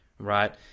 Right